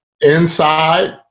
Inside